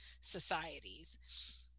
societies